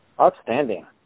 Outstanding